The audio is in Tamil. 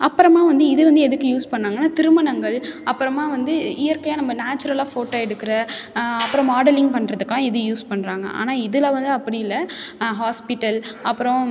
அப்புறமா வந்து இது வந்து எதுக்கு யூஸ் பண்ணாங்கன்னால் திருமணங்கள் அப்புறமா வந்து இயற்கையாக நம்ம நேச்சுரலாக ஃபோட்டோ எடுக்கிற அப்புறம் மாடலிங் பண்ணுறதுக்கலாம் இது யூஸ் பண்ணுறாங்க ஆனால் இதில் வந்து அப்படி இல்லை ஹாஸ்பிட்டல் அப்பறம்